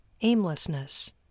aimlessness